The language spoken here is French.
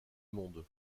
monde